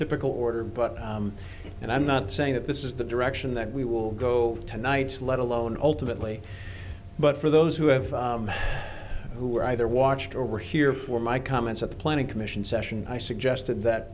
typical order but and i'm not saying that this is the direction that we will go tonight let alone alternately but for those who have who were either watched or were here for my comments at the planning commission session i suggested that